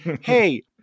hey